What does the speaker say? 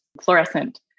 fluorescent